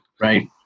Right